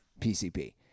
PCP